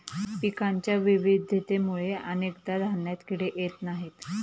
पिकांच्या विविधतेमुळे अनेकदा धान्यात किडे येत नाहीत